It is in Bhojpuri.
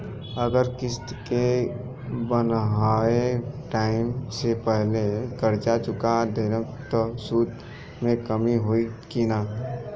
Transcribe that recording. अगर किश्त के बनहाएल टाइम से पहिले कर्जा चुका दहम त सूद मे कमी होई की ना?